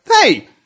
hey